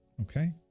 Okay